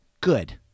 Good